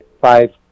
five